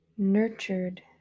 nurtured